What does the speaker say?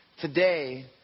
Today